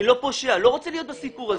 הם לא פושעים והם לא רוצים להיות בסיפור הזה.